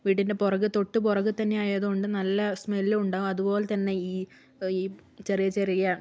വീടിന്റെ പുറക് തൊട്ട് പുറകിൽത്തന്നെ ആയതുകൊണ്ട് നല്ല സ്മെല്ലും ഉണ്ടാവും അതുപോലെത്തന്നെ ഈ ഈ ചെറിയ ചെറിയ